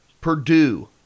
Purdue